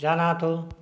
जानातु